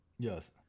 Yes